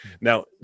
Now